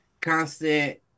constant